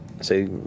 Say